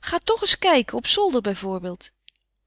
ga toch eens kijken op zolder bijvoorbeeld